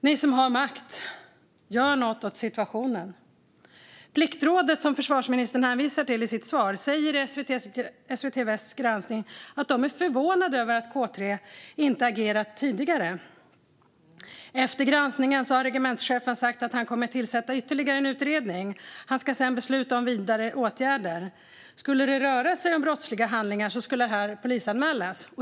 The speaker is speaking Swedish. Ni som har makt, gör något åt situationen. Pliktrådet, som försvarsministern hänvisar till i sitt svar, säger i SVT Västs granskning att de är förvånade över att K 3 inte har agerat tidigare. Efter granskningen har regementschefen sagt att han kommer att tillsätta ytterligare en utredning och att han sedan ska besluta om vidare åtgärder. Om det skulle röra sig om brottsliga handlingar ska de polisanmälas.